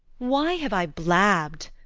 why have i blabb'd?